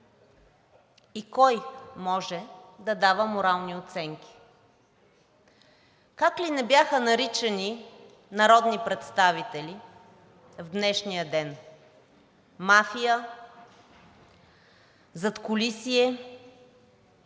и кой може да дава морални оценки. Как ли не бяха наричани народни представители в днешния ден – мафия, задкулисие.